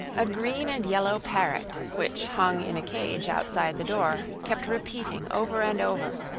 a green and yellow parrot, which hung in a cage outside the door, kept repeating over and over